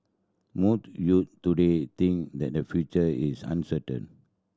most youths today think that their future is uncertain